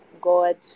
God